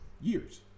years